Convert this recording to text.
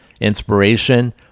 inspiration